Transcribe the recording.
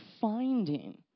finding